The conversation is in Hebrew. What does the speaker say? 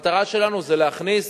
המטרה שלנו היא להכניס